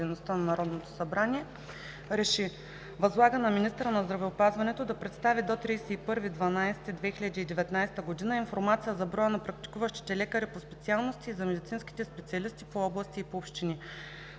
Възлага на министъра на здравеопазването да представи до 31 декември 2019 г. информация за броя на практикуващите лекари по специалности и за медицинските специалисти по области и по общини.